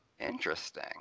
Interesting